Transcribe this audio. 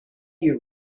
you